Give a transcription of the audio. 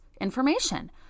information